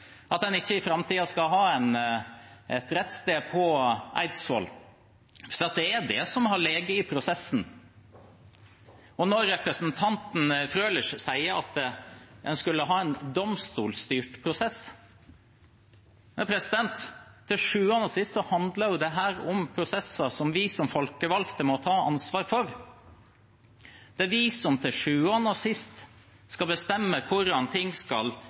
at en ikke i framtiden skal ha et rettssted på Eidsvoll, hvis det er det som har ligget i prosessen. Representanten Frølich sier at en skulle ha en domstolstyrt prosess. Men til sjuende og sist handler jo dette om prosesser som vi som folkevalgte må ta ansvar for. Det er vi som til sjuende og sist skal bestemme hvordan ting skal